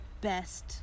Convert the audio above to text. best